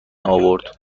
آورد